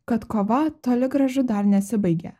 kad kova toli gražu dar nesibaigė